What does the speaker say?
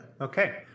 Okay